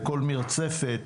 וכל מרצפת,